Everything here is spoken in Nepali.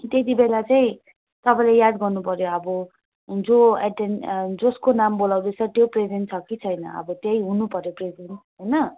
त्यति बेला चाहिँ तपाईँले याद गर्नु पऱ्यो अब जो एटेन्ड जसको नाम बोलाउँदैछ त्यो प्रेजेन्ट छ कि छैन अब त्यही हुनु पऱ्यो प्रेजेन्ट होइन